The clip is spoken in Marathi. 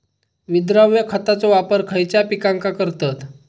विद्राव्य खताचो वापर खयच्या पिकांका करतत?